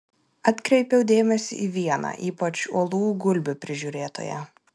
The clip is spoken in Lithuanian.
atkreipiau dėmesį į vieną ypač uolų gulbių prižiūrėtoją